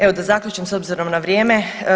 Evo da zaključim s obzirom na vrijeme.